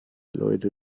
leute